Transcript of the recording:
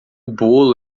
bolo